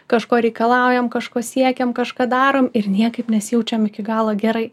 kažko reikalaujam kažko siekiam kažką darom ir niekaip nesijaučiam iki galo gerai